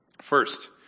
First